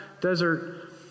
desert